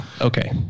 okay